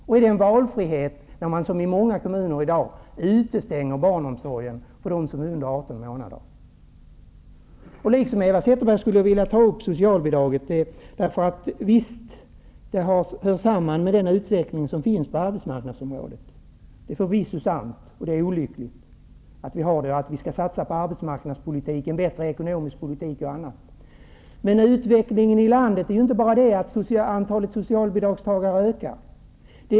Är det valfrihet när man, som man gör i dag i många kommuner, utestänger barn under 18 månader från barnomsorg? Även jag -- liksom Eva Zetterberg gjorde -- vill ta upp frågan om socialbidragen. Det är förvisso sant att socialbidragen hör samman med den utveckling som sker inom arbetsmarknadsområdet. Det är olyckligt att socialbidragen ökar. Vi borde i stället satsa på arbetsmarknadspolitik, bättre ekonomisk politik och annat. Men utvecklingen i landet innebär ju inte bara att antalet socialbidragstagare ökar.